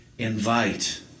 Invite